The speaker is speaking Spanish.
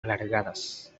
alargadas